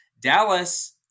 Dallas